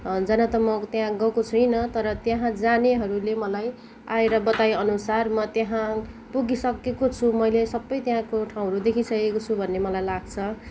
जान त म त्यहाँ गएको छुइनँ तर त्यहाँ जानेहरूले मलाई आएर बताएअनुसार म त्यहाँ पुगिसकेको छु मैले सबै त्यहाँको ठाउँहरू देखिसकेको छु भन्ने मलाई लाग्छ